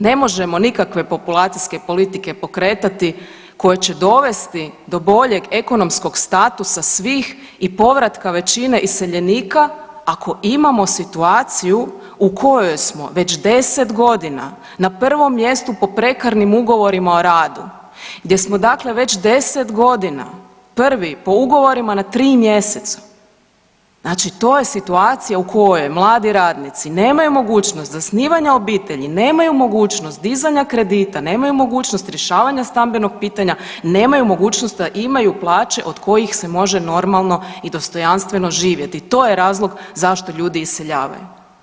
Ne možemo nikakve populacijske politike pokretati koje će dovesti do boljeg ekonomskog statusa svih i povratka većine iseljenika ako imamo situaciju u kojoj smo već 10 godina na prvom mjestu po prekarnim ugovorima o radu gdje smo dakle već 10 godina prvi po ugovorima na tri mjeseca, znači to je situacija u kojoj mladi radnici nemaju mogućnost zasnivanja obitelji, nemaju mogućnost dizanja kredita, nemaju mogućnost rješavanja stambenog pitanja, nemaju mogućnost da imaju plaće od kojih se može normalno i dostojanstveno živjeti, to je razlog zašto ljudi iseljavaju.